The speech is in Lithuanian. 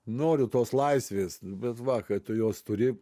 noriu tos laisvės bet va ka tu jos turi